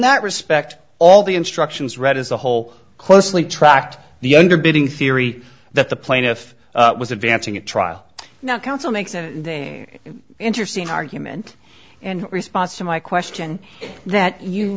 that respect all the instructions read as a whole closely tracked the underbidding theory that the plaintiff was advancing at trial now counsel makes an interesting argument and response to my question that you